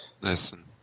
Listen